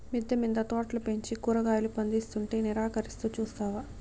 మిద్దె మింద తోటలు పెంచి కూరగాయలు పందిస్తుంటే నిరాకరిస్తూ చూస్తావా